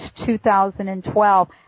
2012